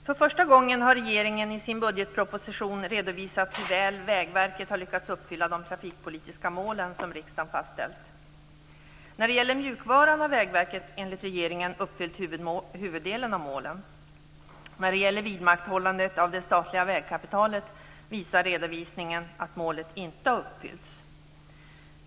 Fru talman! Regeringen har för första gången i budgetpropositionen redovisat hur väl Vägverket har lyckats uppfylla de trafikpolitiska mål som riksdagen fastställt. När det gäller mjukvaran har Vägverket, enligt regeringen, uppfyllt huvuddelen av målen. När det gäller vidmakthållandet av det statliga vägkapitalet visar redovisningen att målet inte har uppfyllts.